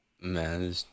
Man